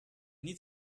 need